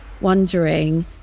wondering